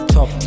Top